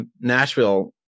Nashville